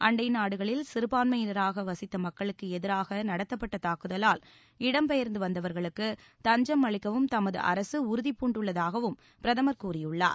அண்டை நாடுகளில் சிறுபான்மையினராக வசித்த மக்களுக்கு எதிராக நடத்தப்பட்ட தாக்குதலால் இடம் பெயர்ந்து வந்தவர்களுக்கு தஞ்சம் அளிக்கவும் தமது அரசு உறுதிபூண்டுள்ளதாக பிரதமர் கூறியுள்ளார்